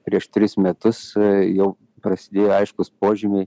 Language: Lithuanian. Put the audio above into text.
prieš tris metus jau prasidėjo aiškūs požymiai